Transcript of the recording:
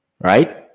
right